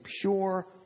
pure